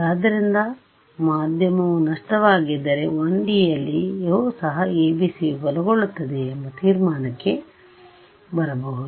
ಆದ್ದರಿಂದ ಮಾಧ್ಯಮವು ನಷ್ಟವಾಗಿದ್ದರೆ 1D ಯಲ್ಲಿಯೂ ಸಹ ABC ವಿಫಲಗೊಳ್ಳುತ್ತದೆ ಎಂಬ ತೀರ್ಮಾನಕ್ಕೆ ಬರಬಹುದು